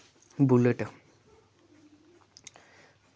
bullet